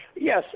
Yes